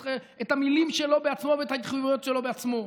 המילים שלו עצמו ואת ההתחייבויות שלו עצמו.